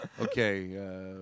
Okay